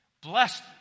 Blessed